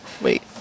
Wait